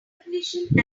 recognition